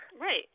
Right